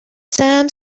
sam